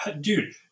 Dude